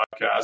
Podcast